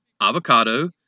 avocado